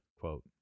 quote